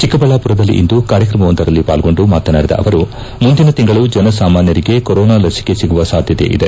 ಚಿಕ್ಕಬಳ್ಳಾಪುರದಲ್ಲಿಂದು ಕಾರ್ಯಕ್ರಮವೊಂದರಲ್ಲಿ ಪಾಲ್ಗೊಂಡು ಮಾತನಾಡಿದ ಅವರು ಮುಂದಿನ ತಿಂಗಳು ಜನಸಾಮಾನ್ನರಿಗೆ ಕೊರೋನಾ ಲಸಿಕೆ ಸಿಗುವ ಸಾಧ್ಯತೆಯಿದೆ